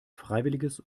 freiwilliges